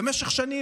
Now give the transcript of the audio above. במשך שנים,